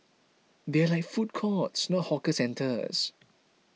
they are run like food courts not hawker centres